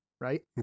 Right